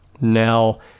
Now